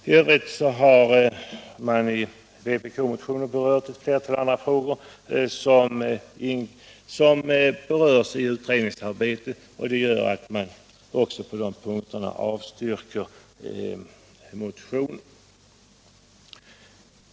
I övrigt har i vpk-motionen tagits upp ett flertal andra frågor som berörs i utredningsarbetet, vilket gör att utskottet också på de punkterna avstyrker motionen.